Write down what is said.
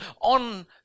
on